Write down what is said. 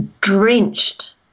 drenched